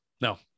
No